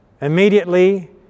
Immediately